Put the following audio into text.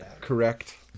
correct